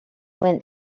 went